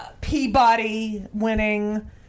Peabody-winning